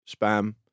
spam